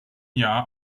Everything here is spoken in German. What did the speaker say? jahr